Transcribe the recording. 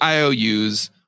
IOUs